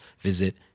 visit